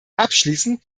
abschließend